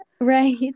Right